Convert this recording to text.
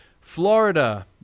Florida